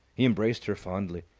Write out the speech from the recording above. he embraced her fondly.